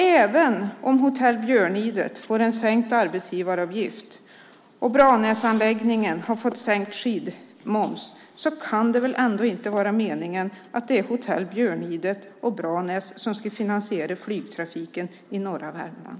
Även om Hotell Björnidet får en sänkt arbetsgivaravgift och Branäsanläggningen har fått sänkt skidmoms kan det väl ändå inte vara meningen att det är Hotell Björnidet och Branäs som ska finansiera flygtrafiken i norra Värmland?